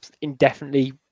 indefinitely